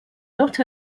not